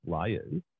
layers